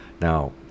Now